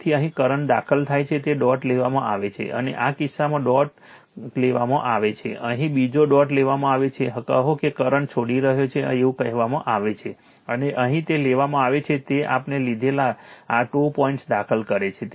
તેથી અહીં કરંટ દાખલ થાય છે તે ડોટ લેવામાં આવે છે અને આ કિસ્સામાં અન્ય ડોટ લેવામાં આવે છે અહીં બીજો ડોટ લેવામાં આવે છે કહો કે કરંટ છોડી રહ્યો છે એવું કહેવામાં આવે છે અને અહીં તે લેવામાં આવે છે કે આપણે લીધેલા આ 2 પોઇન્ટ્સ દાખલ કરે છે